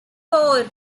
four